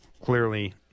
clearly